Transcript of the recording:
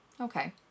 Okay